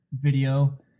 video